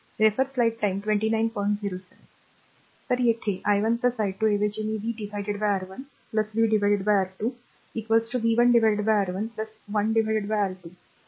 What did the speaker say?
तर येथे i1 i2 ऐवजी मी v R1 v R2 v 1 R1 1 R2 होईल